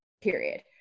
period